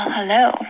Hello